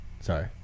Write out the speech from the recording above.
Sorry